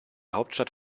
hauptstadt